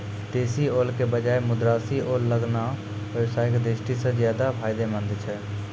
देशी ओल के बजाय मद्रासी ओल लगाना व्यवसाय के दृष्टि सॅ ज्चादा फायदेमंद छै